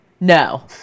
No